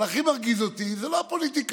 אבל הכי מרגיז אותי זה לא הפוליטיקאים.